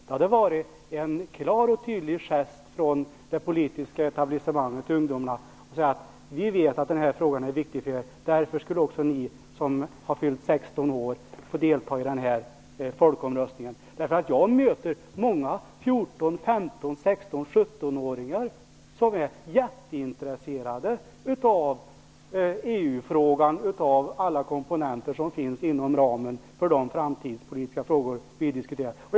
Det hade varit en klar och tydlig gest från det politiska etablissemanget till ungdomarna om man hade sagt: Vi vet att denna fråga är viktig för er. Därför skall också ni som har fyllt 16 år få delta i folkomröstningen. Jag möter många ungdomar mellan 14 och 17 år som är jätteintresserade av EU-frågan och alla komponenter som finns inom ramen för de framtidspolitiska frågor vi diskuterar.